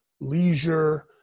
leisure